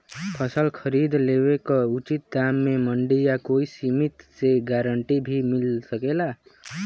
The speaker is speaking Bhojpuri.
फसल खरीद लेवे क उचित दाम में मंडी या कोई समिति से गारंटी भी मिल सकेला?